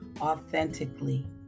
authentically